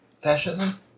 fascism